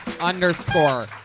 underscore